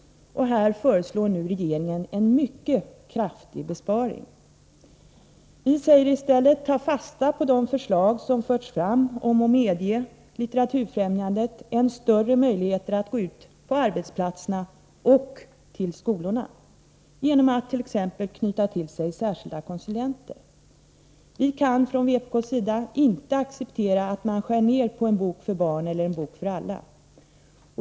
Härvidlag föreslår regeringen en mycket kraftig besparing. Vi säger i stället: Ta fasta på de förslag som förts fram om att medge Litteraturfrämjandet än större möjligheter att gå ut till arbetsplatserna och till skolorna genom att t.ex. knyta till sig särskilda konsulenter. Vi kan från vpk:s sida inte acceptera att man skär ned på En bok för barn eller En bok för alla.